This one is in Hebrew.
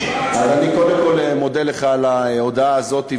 אז אני, קודם כול, מודה לך על ההודעה הזאת.